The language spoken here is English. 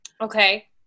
Okay